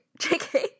JK